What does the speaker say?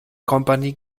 kompanie